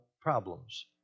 problems